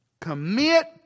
commit